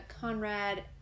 Conrad